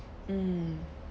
mm